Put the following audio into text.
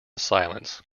silence